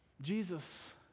Jesus